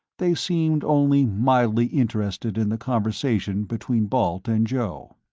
they seemed only mildly interested in the conversation between balt and joe.